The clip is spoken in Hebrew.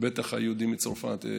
בטח היהודים מצרפת.